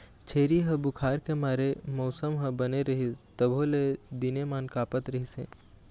छेरी ह बुखार के मारे मउसम ह बने रहिस तभो ले दिनेमान काँपत रिहिस हे